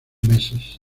meses